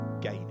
gain